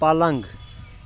پلنٛگ